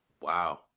Wow